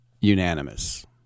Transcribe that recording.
unanimous